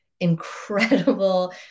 incredible